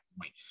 point